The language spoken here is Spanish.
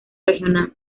regional